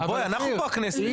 בואי אנחנו פה הכנסת,